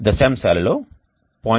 దశాంశాలలో 0